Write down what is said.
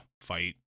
fight